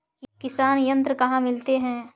किसान यंत्र कहाँ मिलते हैं?